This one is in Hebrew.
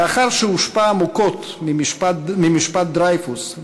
לאחר שהושפע עמוקות ממשפט דרייפוס,